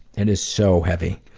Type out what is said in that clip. and is so heavy.